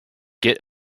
get